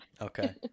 Okay